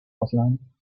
ausleihen